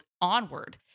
onward